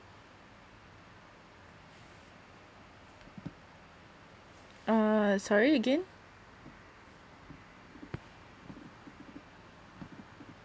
uh sorry again